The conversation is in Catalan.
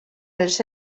els